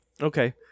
Okay